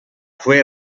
fue